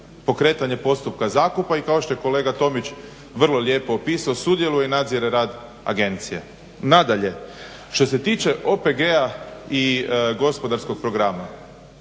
pokretanje postupka zakupa i kao što je kolega Tomić vrlo lijepo opisao. Sudjeluje i nadzire rad agencije. Nadalje što se tiče OPG-a i gospodarskog programa.